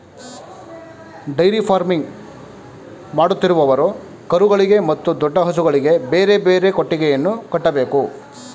dairy farming ಮಾಡುತ್ತಿರುವವರು ಕರುಗಳಿಗೆ ಮತ್ತು ದೊಡ್ಡ ಹಸುಗಳಿಗೆ ಬೇರೆ ಬೇರೆ ಕೊಟ್ಟಿಗೆಯನ್ನು ಕಟ್ಟಬೇಕು